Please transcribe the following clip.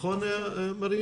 כ-60,000 מטופלים